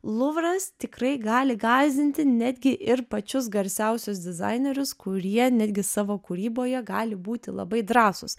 luvras tikrai gali gąsdinti netgi ir pačius garsiausius dizainerius kurie netgi savo kūryboje gali būti labai drąsūs